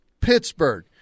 Pittsburgh